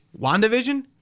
WandaVision